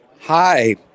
Hi